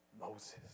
Moses